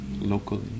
locally